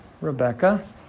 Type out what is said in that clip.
Rebecca